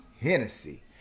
Hennessy